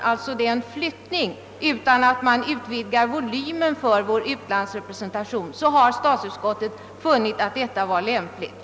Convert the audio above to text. Det är alltså fråga om en flyttning, och det blir inte någon utvidgning av volymen av vår utlandsrepresentation. Statsutskottet har därför funnit Kungl. Maj:ts förslag vara lämpligt.